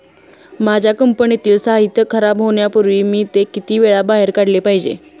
माझ्या कंपनीतील साहित्य खराब होण्यापूर्वी मी ते किती वेळा बाहेर काढले पाहिजे?